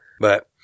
but-